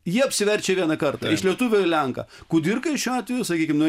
jie apsiverčia vieną kartą iš lietuvio į lenką kudirkai šiuo atveju sakykim nu